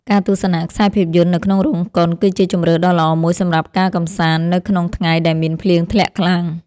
ការទស្សនាខ្សែភាពយន្តនៅក្នុងរោងកុន គឺជាជម្រើសដ៏ល្អមួយសម្រាប់ការកម្សាន្តនៅក្នុងថ្ងៃដែលមានភ្លៀងធ្លាក់ខ្លាំង។